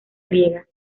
griega